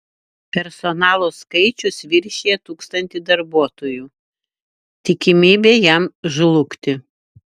personalo skaičius viršija tūkstanti darbuotojų tikimybė jam žlugti